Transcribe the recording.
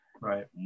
Right